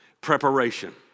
preparation